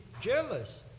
jealous